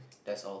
that's all